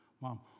mom